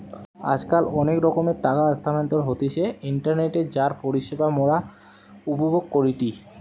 আজকাল অনেক রকমের টাকা স্থানান্তর হতিছে ইন্টারনেটে যার পরিষেবা মোরা উপভোগ করিটি